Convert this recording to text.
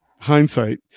hindsight